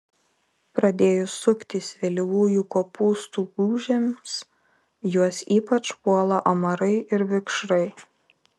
pradėjus suktis vėlyvųjų kopūstų gūžėms juos ypač puola amarai ir vikšrai